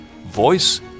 voice